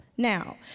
Now